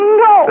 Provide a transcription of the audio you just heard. no